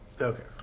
Okay